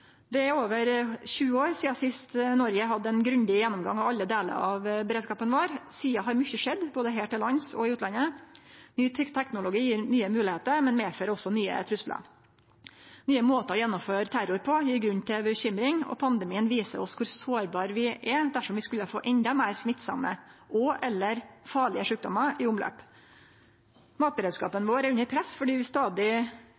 Det er over 20 år sidan sist Noreg hadde ein grundig gjennomgang av alle delar av beredskapen vår. Sidan har mykje skjedd, både her til lands og i utlandet. Ny teknologi gjev nye moglegheiter, men medfører også nye truslar. Nye måtar å gjennomføre terror på gjev grunn til bekymring, og pandemien viser oss kor sårbare vi er dersom vi skulle få endå meir smittsame og/eller farlege sjukdommar i omløp.